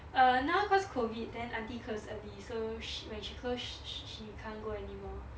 uh now cause COVID then aunty close early so when she close she she she can't go anymore